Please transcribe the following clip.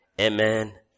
Amen